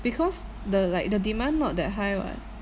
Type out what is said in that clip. because the like the demand not that high [what]